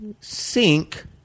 sink